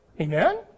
Amen